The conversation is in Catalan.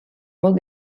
molt